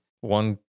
One